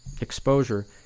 exposure